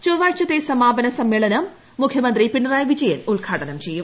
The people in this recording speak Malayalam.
ചൊവ്വാഴ്ചത്തെ സമാപന സമ്മേളനം മുഖ്യമന്ത്രി പിണറായി വിജയൻ ഉദ്ഘാടനം ചെയ്യും